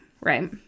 right